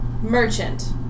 merchant